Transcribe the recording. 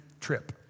trip